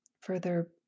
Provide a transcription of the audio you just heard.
Further